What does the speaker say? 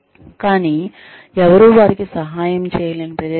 కానీ ఎవరూ వారికి సహాయం చేయలేని ప్రదేశంలో